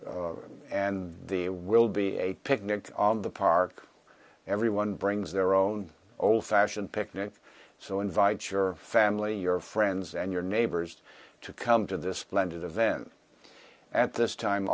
duration and the will be a picnic on the park everyone brings their own old fashioned picnic so invite your family your friends and your neighbors to come to this splendid event at this time